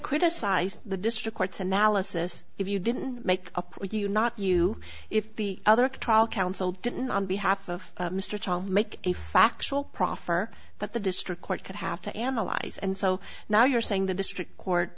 criticize the district court's analysis if you didn't make up with you not you if the other trial counsel didn't on behalf of mr tom make a factual proffer that the district court could have to analyze and so now you're saying the district court